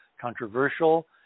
controversial